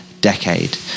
decade